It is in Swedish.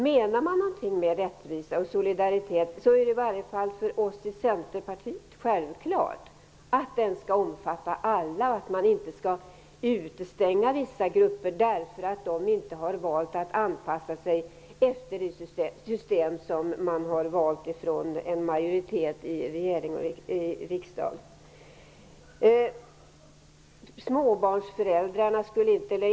Menar man något med rättvisa och solidaritet är det i varje fall för oss i Centerpartiet självklart att man skall omfatta alla, att man inte skall utestänga vissa grupper därför att de inte har valt att anpassa sig efter det system som en majoritet i riksdagen har valt.